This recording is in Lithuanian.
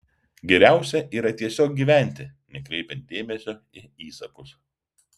geriausia yra tiesiog gyventi nekreipiant dėmesio į įsakus